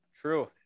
True